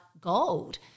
gold